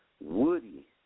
Woody